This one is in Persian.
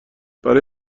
برای